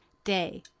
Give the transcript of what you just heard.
day,